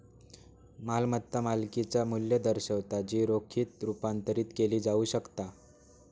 मालमत्ता मालकिचा मू्ल्य दर्शवता जी रोखीत रुपांतरित केली जाऊ शकता